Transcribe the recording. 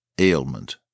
Ailment